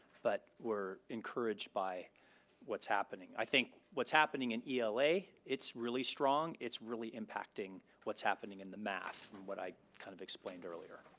but we're encouraged by what's happening. i think what's happening in ela, it's really strong. it's really impacting what's happening in the math from what i have kind of explained earlier.